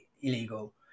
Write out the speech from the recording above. illegal